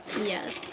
Yes